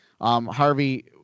Harvey